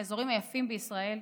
האזורים היפים בישראל,